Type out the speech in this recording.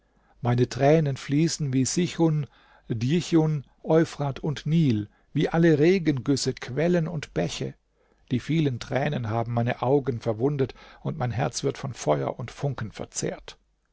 meine tränen fließen wie sichun djichun euphrat und nil wie alle regengüsse quellen und bäche die vielen tränen haben meine augen verwundet und mein herz wird von feuer und funken verzehrt